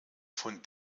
von